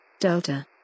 Delta